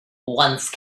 once